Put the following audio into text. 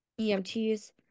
EMTs